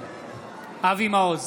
אבי מעוז,